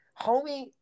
homie